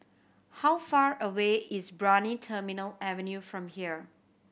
how far away is Brani Terminal Avenue from here